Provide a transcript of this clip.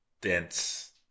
dense